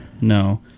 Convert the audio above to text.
No